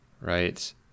right